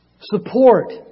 support